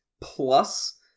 plus